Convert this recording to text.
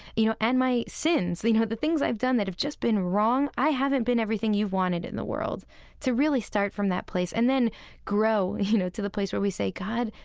you know, and my sins, you know, the things i've done that have just been wrong, i haven't been everything you've wanted in the world to really start from that place and then grow, you know, to the place where we say, god,